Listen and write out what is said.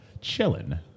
chilling